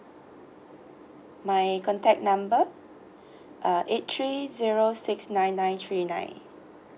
my contact number uh eight three zero six nine nine three nine